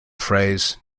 phrase